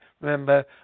remember